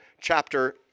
chapter